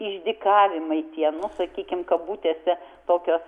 išdykavimai tie nu sakykim kabutėse tokios